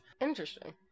interesting